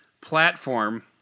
platform